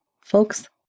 folks